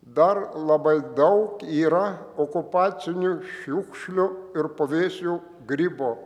dar labai daug yra okupacinių šiukšlių ir puvėsių grybo